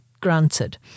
granted